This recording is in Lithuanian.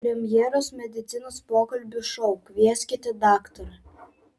premjeros medicinos pokalbių šou kvieskite daktarą